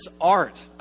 art